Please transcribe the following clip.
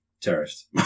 terrorist